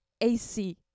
AC